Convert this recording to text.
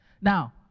Now